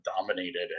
dominated